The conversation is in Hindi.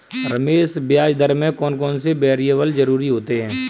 रमेश ब्याज दर में कौन कौन से वेरिएबल जरूरी होते हैं?